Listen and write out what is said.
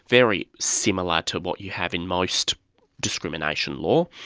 very similar to what you have in most discrimination law